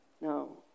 No